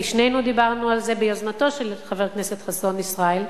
כי שנינו דיברנו על זה ביוזמתו של חבר הכנסת חסון ישראל,